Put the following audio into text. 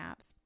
apps